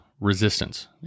resistance